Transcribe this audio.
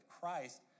Christ